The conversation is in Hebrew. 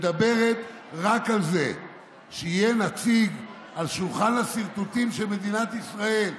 מדברת רק על זה שיהיה נציג ליד שולחן הסרטוטים של מדינת ישראל בוועדות,